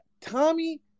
Tommy